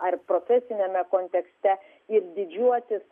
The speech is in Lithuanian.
ar profesiniame kontekste ir didžiuotis